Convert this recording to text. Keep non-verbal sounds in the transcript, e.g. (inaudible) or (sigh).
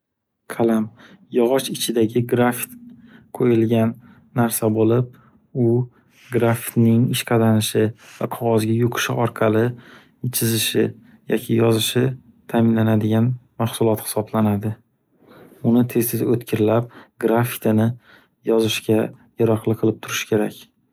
Qalam - yog’och ichida grafit (hesitation) qo’yilgan narsa bo’lib, u grafitning ishqalanishi (noise) va qog’ozga yuqishi orqali chizishi yoki yozishi taminlanadigan mahsulot hisoblanadi. Uni tez-tez o’tkirlab, grafitini yozishga yaroqli qilib turish kerak.